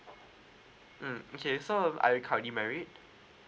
mm okay so are you currently married